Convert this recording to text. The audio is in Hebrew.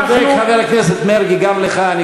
צודק חבר הכנסת מרגי.